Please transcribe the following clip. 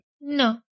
No